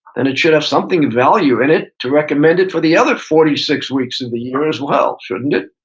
and it should have something of value in it to recommend it for the other forty six weeks of the year as well shouldn't it?